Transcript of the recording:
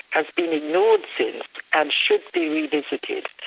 has been ignored since and should be revisited,